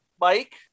Mike